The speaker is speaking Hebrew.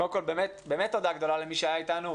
קודם כל באמת תודה גדולה למי שהיה איתנו,